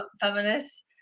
feminists